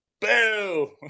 Boo